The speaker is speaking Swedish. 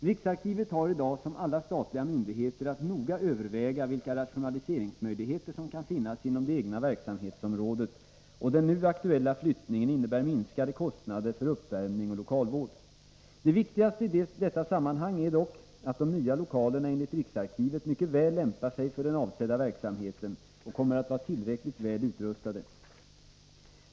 Riksarkivet har i dag som alla statliga myndigheter att noga överväga vilka rationaliseringsmöjligheter som kan finnas inom det egna verksamhetsområdet, och den nu aktuella flyttningen innebär minskade kostnader för uppvärmning och lokalvård. Det viktigaste i detta sammanhang är dock att de nya lokalerna enligt riksarkivet mycket väl lämpar sig för den avsedda verksamheten och kommer att vara tillräckligt väl utrustade.